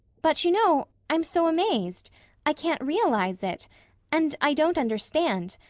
but you know i'm so amazed i can't realize it and i don't understand.